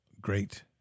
great